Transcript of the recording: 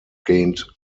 gained